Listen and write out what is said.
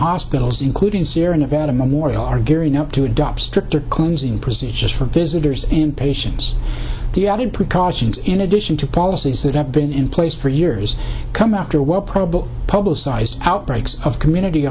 hospitals including sierra nevada memorial are gearing up to adopt stricter closing procedures for visitors in patients he added precautions in addition to policies that have been in place for years come after well probably publicized outbreaks of community